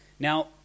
Now